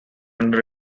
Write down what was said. under